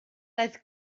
daeth